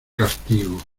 castigo